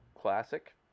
classic